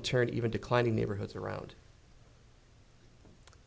turn even declining neighborhoods around